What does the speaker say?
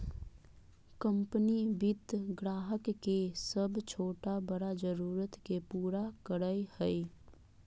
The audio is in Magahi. कंपनी वित्त ग्राहक के सब छोटा बड़ा जरुरत के पूरा करय हइ